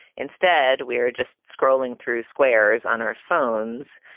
instead, we're just scrolling through squares on our phones.